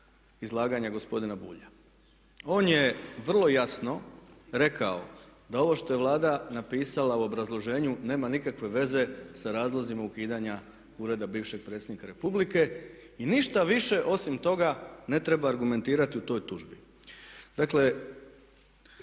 izlaganja gospodina Bulja. On je vrlo jasno rekao da ovo što je Vlada napisala u obrazloženju nema nikakve veze sa razlozima ukidanja ureda bivšeg predsjednika Republike i ništa više osim toga ne treba argumentirati u toj tužbi. Dakle